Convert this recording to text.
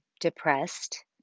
depressed